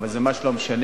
אבל זה ממש לא משנה,